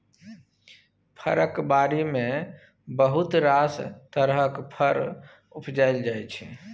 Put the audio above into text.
फरक बारी मे बहुत रास तरहक फर उपजाएल जाइ छै